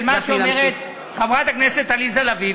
מה שאומרת חברת הכנסת עליזה לביא,